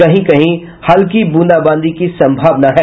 कहीं कहीं हल्की ब्रंदाबांदी की सम्भावना है